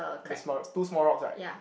the small rocks two small rocks right